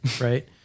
Right